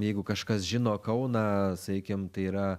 jeigu kažkas žino kauną sakykim tai yra